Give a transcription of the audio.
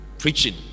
Preaching